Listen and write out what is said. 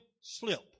slip